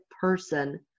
person